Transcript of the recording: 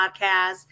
podcast